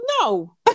No